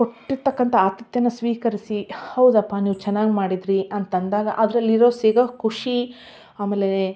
ಕೊಟ್ಟಿರ್ತಕ್ಕಂಥ ಆತಿಥ್ಯನ ಸ್ವೀಕರಿಸಿ ಹೌದಪ್ಪ ನೀವು ಚೆನ್ನಾಗಿ ಮಾಡಿದಿರಿ ಅಂತಂದಾಗ ಅದರಲ್ಲಿ ಇರೋ ಸಿಗೋ ಖುಷಿ ಆಮೇಲೆ